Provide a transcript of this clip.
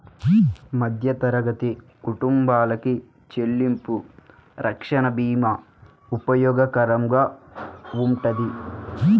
మధ్యతరగతి కుటుంబాలకి చెల్లింపు రక్షణ భీమా ఉపయోగకరంగా వుంటది